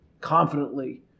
confidently